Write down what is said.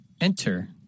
Enter